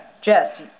Jess